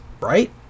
right